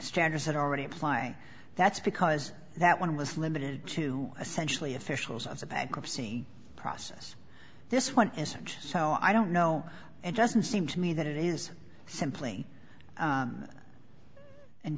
standards had already apply that's because that one was limited to essentially officials of the bankruptcy process this one isn't so i don't know it doesn't seem to me that it is simply